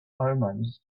omens